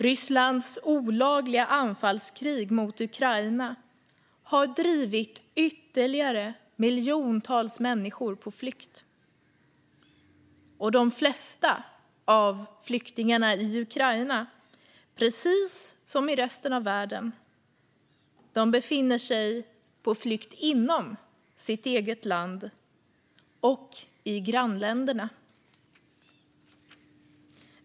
Rysslands olagliga anfallskrig mot Ukraina har drivit miljoner människor på flykt. Och de flesta flyktingar i Ukraina, precis som i resten av världen, befinner sig på flykt inom sitt eget land och i grannländerna.